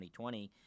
2020